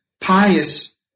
pious